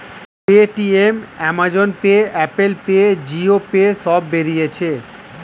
Paytm, Amazon Pay, Apple Pay, Jio Pay সব বেরিয়েছে